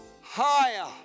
higher